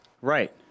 Right